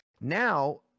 Now